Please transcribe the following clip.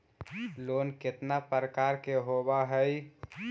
Loan केतना प्रकार के होव हइ?